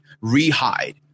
re-hide